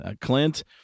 Clint